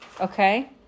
okay